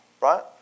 right